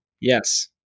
Yes